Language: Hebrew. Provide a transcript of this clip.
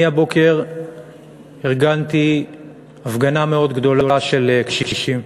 הבוקר ארגנתי הפגנה מאוד גדולה של קשישים,